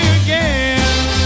again